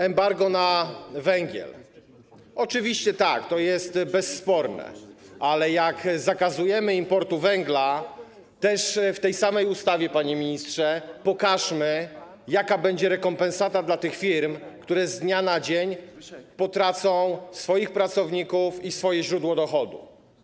Embargo na węgiel - oczywiście tak, to jest bezsporne, ale jak zakazujemy importu węgla, to w tej samej ustawie, panie ministrze, pokażmy też, jaka będzie rekompensata dla tych firm, które z dnia na dzień potracą swoich pracowników i swoje źródło dochodu.